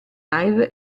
live